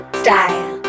style